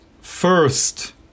first